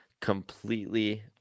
Completely